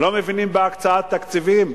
בהקצאת תקציבים.